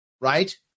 right